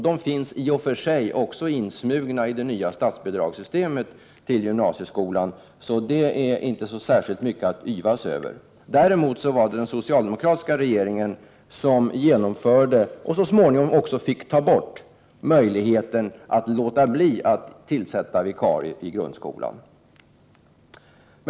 De finns i och för sig insmugna i det nya statsbidragssystemet till skolan, så det är inte särskilt mycket att yvas över. Däremot var det den socialdemokratiska regeringen som genomförde — och så småningom fick ta bort — möjligheten att låta bli att tillsätta vikarier i grundskolan.